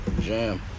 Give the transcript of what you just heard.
Jam